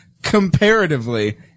Comparatively